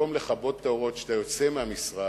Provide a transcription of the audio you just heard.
שבמקום לכבות את האורות כשאתה יוצא מהמשרד,